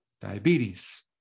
diabetes